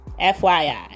FYI